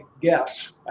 guess